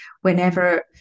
Whenever